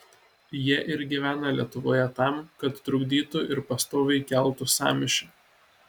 jie ir gyvena lietuvoje tam kad trukdytų ir pastoviai keltų sąmyšį